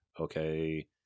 Okay